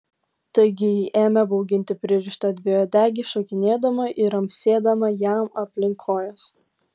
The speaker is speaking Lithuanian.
taigi ji ėmė bauginti pririštą dviuodegį šokinėdama ir amsėdama jam aplink kojas